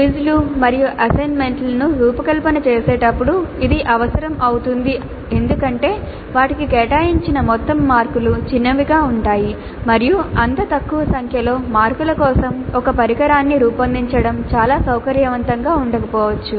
క్విజ్లు మరియు అసైన్మెంట్లను రూపకల్పన చేసేటప్పుడు ఇది అవసరం అవుతుంది ఎందుకంటే వాటికి కేటాయించిన మొత్తం మార్కులు చిన్నవిగా ఉంటాయి మరియు అంత తక్కువ సంఖ్యలో మార్కుల కోసం ఒక పరికరాన్ని రూపొందించడం చాలా సౌకర్యవంతంగా ఉండకపోవచ్చు